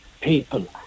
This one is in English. people